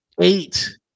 eight